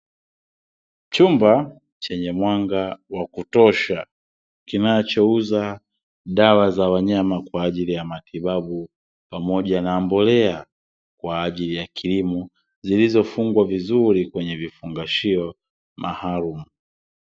Chumba chenye mwanga wa kutosha, kinachouza dawa za wanyama kwa ajili ya matibabu, pamoja na mbolea kwa ajili ya kilimo, zilizofungwa vizuri kwenye vifungashio maalumu.